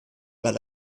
but